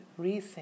rethink